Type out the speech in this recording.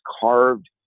carved